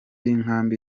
y’inkambi